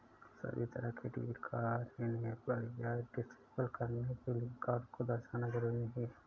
सभी तरह के डेबिट कार्ड इनेबल या डिसेबल करने के लिये कार्ड को दर्शाना जरूरी नहीं है